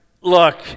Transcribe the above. look